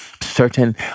certain